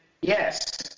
Yes